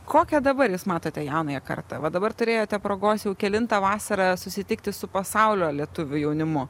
kokią dabar jūs matote jaunąją kartą va dabar turėjote progos jau kelintą vasarą susitikti su pasaulio lietuvių jaunimu